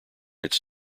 its